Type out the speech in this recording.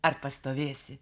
ar pastovėsi